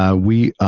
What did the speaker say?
ah we,